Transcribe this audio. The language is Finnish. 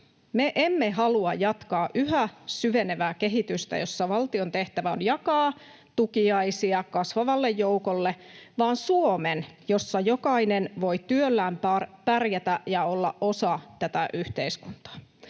emme halua jatkaa yhä syvenevää kehitystä, jossa valtion tehtävä on jakaa tukiaisia kasvavalle joukolle, vaan haluamme Suomen, jossa jokainen voi työllään pärjätä ja olla osa tätä yhteiskuntaa.